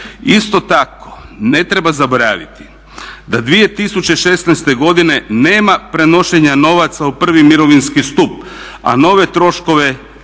Isto tako ne treba zaboraviti da 2016. godine nema prenošenja novaca u prvi mirovinski stup, a nove troškove kao